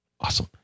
Awesome